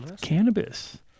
cannabis